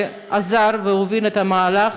עזר והוביל את המהלך,